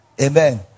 Amen